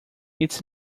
its